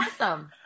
Awesome